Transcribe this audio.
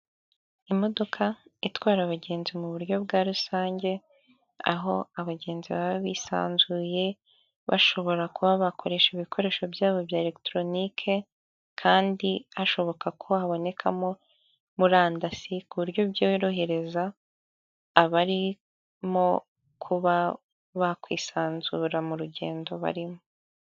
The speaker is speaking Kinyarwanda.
Imodoka itwara abagenzi mu buryo bwa rusange, aho abagenzi baba bisanzuye bashobora kuba bakoresha ibikoresho byabo bya eregitoronike, kandi hashoboka ko habonekamo murandasi, ku buryo byorohereza abarimo kuba bakwisanzura mu rugendo barimo.